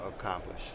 accomplish